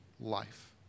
life